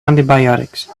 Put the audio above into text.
antibiotics